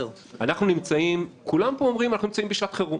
כולם פה אומרים שאנחנו נמצאים בשעת חירום.